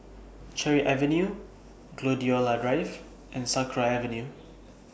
Cherry Avenue Gladiola Drive and Sakra Avenue